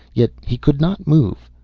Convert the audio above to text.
yet he could not move.